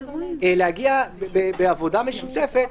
להגיע בעבודה משותפת.